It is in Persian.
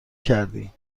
کردی